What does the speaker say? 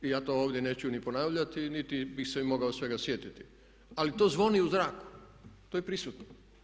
I ja to ovdje neću ni ponavljati niti bih se i mogao svega sjetiti ali to zvoni u zraku, to je prisutno.